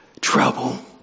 trouble